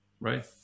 right